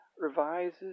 revises